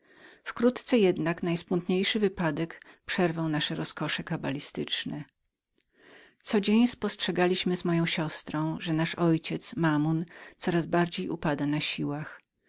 wkrótce jednak najsmutniejszy wypadek przerwał nasze rozkosze kabalistyczne każdego dnia uważaliśmy z moją siostrą że nasz ojciec mamon upadał na siłach